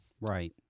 right